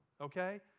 okay